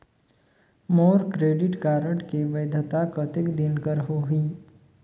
मोर credit card के वैधता कतेक दिन कर होही?